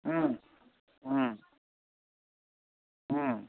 ꯎꯝ ꯎꯝ ꯎꯝ